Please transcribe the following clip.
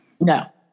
No